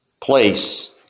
place